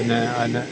പിന്നെ അതിനെ